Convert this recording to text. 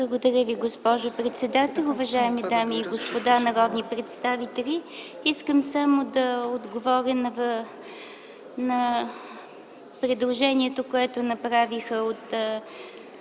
Благодаря Ви, госпожо председател. Уважаеми дами и господа народни представители, искам само да отговоря на предложението, което направиха от